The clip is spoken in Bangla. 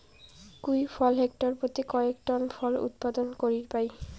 কিউই ফল হেক্টর পত্যি কয়েক টন ফল উৎপাদন করির পায়